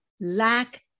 lack